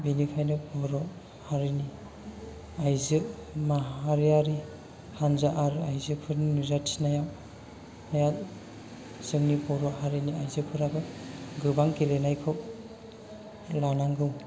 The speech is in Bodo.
बेनिखायनो बर' हारिनि आइजो माहारियारि हान्जा आरो आइजोफोरनि नुजाथिनायाव नाया जोंनि बर' हारिनि आइजोफोराबो गोबां गेलेनायखौ लानांगौ